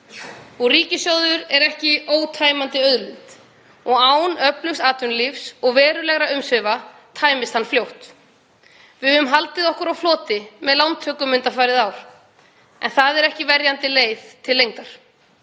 Ríkissjóður er ekki ótæmandi auðlind og án öflugs atvinnulífs og verulegra umsvifa tæmist hann fljótt. Við höfum haldið okkur á floti með lántökum undanfarið ár, en það er ekki verjandi leið til lengdar.